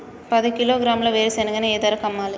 పది కిలోగ్రాముల వేరుశనగని ఏ ధరకు అమ్మాలి?